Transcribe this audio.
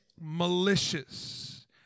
Malicious